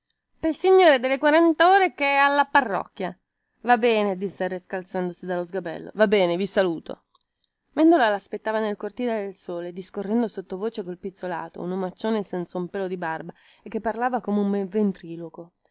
pel signore delle quarantore chè alla parrocchia va bene disse il resca alzandosi dallo sgabello va bene vi saluto mendola laspettava nel cortile del sole discorrendo sottovoce col pizzolato un omaccione senza un pelo di barba e che parlava come un ventriloquo si